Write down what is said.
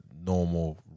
normal